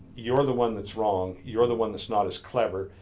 you're the one that's wrong, you're the one that's not as clever,